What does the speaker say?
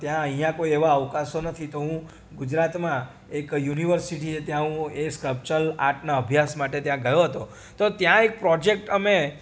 ત્યાં અહીંયા કોઈ એવા અવકાશો નથી તો હું ગુજરાતમાં એક યુનિવર્સિટી ત્યાં હું એ સકપચલ આર્ટના અભ્યાસ માટે ત્યાં ગયો હતો તો ત્યાં એક પ્રોજેક્ટ અમે